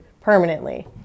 permanently